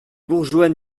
bourgeois